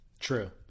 True